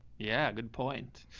yeah. good point.